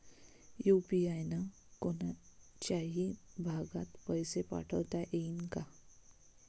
UPI न कोनच्याही भागात पैसे पाठवता येईन का?